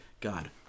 God